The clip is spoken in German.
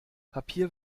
papier